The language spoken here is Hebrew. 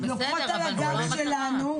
לוקחות על הגב שלנו.